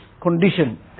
condition